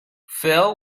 phil